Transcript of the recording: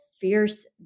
fierce